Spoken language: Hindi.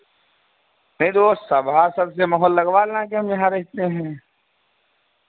नहीं तो वो सभासद से मोहर लगवा लें ना कि हम यहाँ रहते हैं